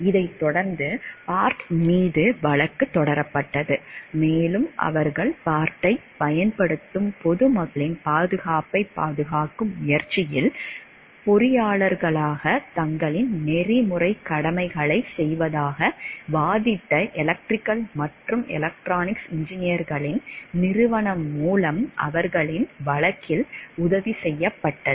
இதைத் தொடர்ந்து பார்ட் மீது வழக்குத் தொடரப்பட்டது மேலும் அவர்கள் பார்ட்டைப் பயன்படுத்தும் பொதுமக்களின் பாதுகாப்பைப் பாதுகாக்கும் முயற்சியில் பொறியியலாளர்களாக தங்களின் நெறிமுறைக் கடமைகளைச் செய்வதாக வாதிட்ட எலக்ட்ரிக்கல் மற்றும் எலக்ட்ரானிக்ஸ் இன்ஜினியர்களின் நிறுவனம் மூலம் அவர்களின் வழக்கில் உதவி செய்யப்பட்டது